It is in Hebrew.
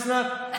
אוסנת,